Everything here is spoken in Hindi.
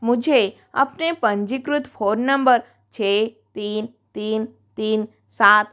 मुझे अपने पंजीकृत फोन नंबर छः तीन तीन तीन सात